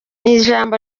ijambo